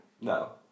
No